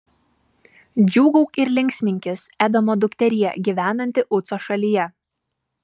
džiūgauk ir linksminkis edomo dukterie gyvenanti uco šalyje